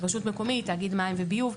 רשות מקומית, תשתית מים וביוב.